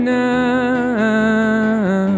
now